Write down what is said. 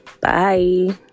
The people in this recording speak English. Bye